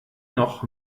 noch